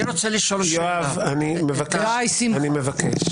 אני מבקש.